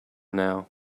now